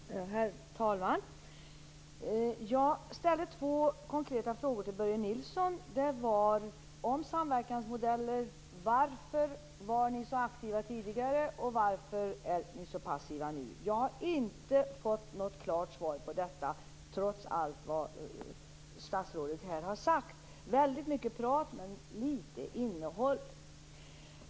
Herr talman! Jag ställde två konkreta frågor till Börje Nilsson om samverkansmodeller. Varför var ni så aktiva tidigare, och varför är ni så passiva nu? Jag har inte fått något klart svar på detta trots allt som statsrådet har sagt. Det är väldigt mycket prat men litet innehåll.